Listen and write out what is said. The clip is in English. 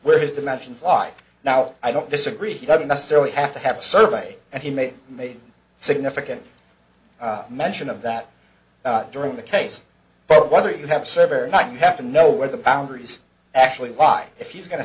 where his dimensions like now i don't disagree he doesn't necessarily have to have a survey and he made made significant mention of that during the case but whether you have server or not you have to know where the boundaries actually by if he's going to